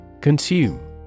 Consume